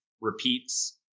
repeats